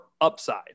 upside